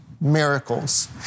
miracles